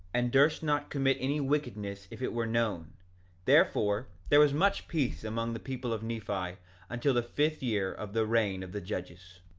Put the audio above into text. and durst not commit any wickedness if it were known therefore, there was much peace among the people of nephi until the fifth year of the reign of the judges.